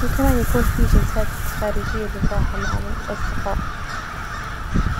وكمان يكون في جلسات خارجية للراحة مع ال- الأصدقاء.